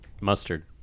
Mustard